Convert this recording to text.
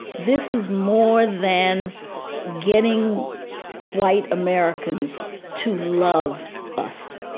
this is more than getting white americans to love us.